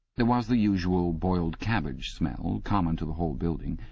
there was the usual boiled-cabbage smell, common to the whole building,